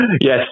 Yes